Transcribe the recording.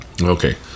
Okay